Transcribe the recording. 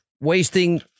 Wasting